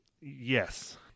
Yes